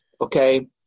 okay